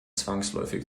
zwangsläufig